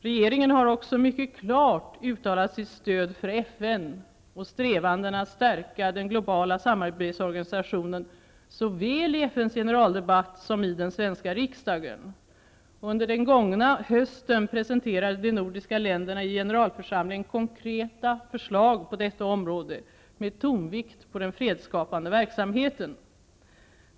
Regeringen har vidare mycket klart uttalat sitt stöd för FN och strävandena att stärka denna globala samarbetsorganisation såväl i FN:s generaldebatt som i den svenska riksdagen. Under den gångna hösten presenterade de nordiska länderna för FN:s generalförsamling konkreta förslag på detta område, med tonvikt på den fredsskapande verksamheten.